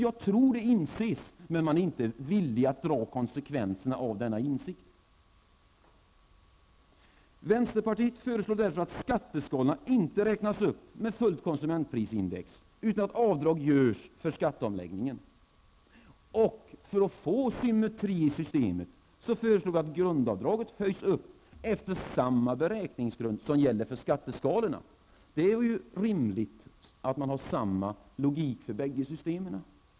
Jag tror att det inses, men man är inte villig att ta konsekvenserna av denna insikt. Vänsterpartiet föreslår därför att skatteskalorna inte skall räknas upp med fullt konsumentprisindex utan att avdrag görs för skatteomläggningen för att få symmetri i systemet. Vi föreslår att grundavdraget skall höjas efter samma beräkningsgrund som gäller för skatteskalorna. Det är ju rimligt att man har samma logik för båda systemen.